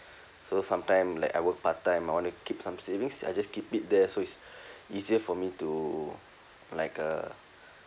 so sometime like I work part time I want to some keep some savings I just keep it there so it's easier for me to like uh